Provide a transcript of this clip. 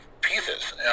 pieces